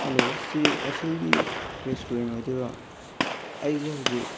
hello ꯁꯤ ꯑꯣꯁꯤꯜꯒꯤ restaurant ꯑꯣꯏꯗꯣꯏꯔꯣ ꯑꯩꯁꯦ ꯍꯧꯖꯤꯛ